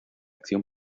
acción